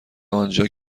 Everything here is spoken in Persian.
آنجا